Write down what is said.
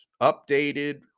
updated